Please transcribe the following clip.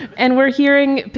and we're hearing,